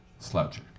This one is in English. Sloucher